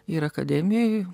ir akademijoj